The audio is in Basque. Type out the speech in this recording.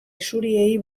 isuriei